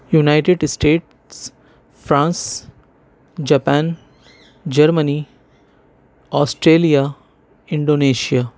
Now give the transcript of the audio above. United States France Japan Germany Australia Indonesia